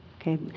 okay